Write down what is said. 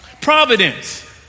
Providence